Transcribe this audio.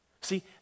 See